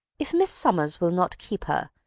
if miss summers will not keep her,